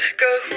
go.